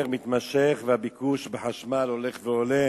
מתמשך, והביקוש לחשמל הולך ועולה,